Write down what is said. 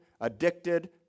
addicted